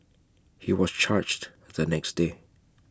he was charged the next day